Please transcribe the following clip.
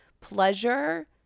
pleasure